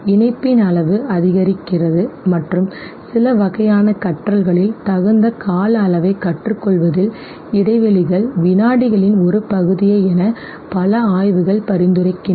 இணைப்பின் அளவு அதிகரிக்கிறது மற்றும் சில வகையான கற்றல்களில் தகுந்த கால அளவைக் கற்றுக்கொள்வதில் இடைவெளிகள் வினாடிகளின் ஒரு பகுதியே என பல ஆய்வுகள் பரிந்துரைக்கின்றன